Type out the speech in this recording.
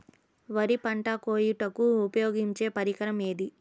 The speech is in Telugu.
వరి పంట కోయుటకు ఉపయోగించే పరికరం ఏది?